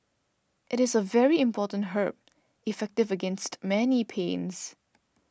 it is a very important herb effective against many pains